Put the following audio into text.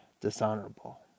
dishonorable